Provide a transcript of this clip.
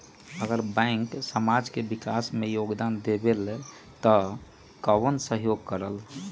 अगर बैंक समाज के विकास मे योगदान देबले त कबन सहयोग करल?